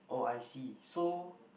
oh I see so